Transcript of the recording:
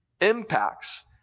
impacts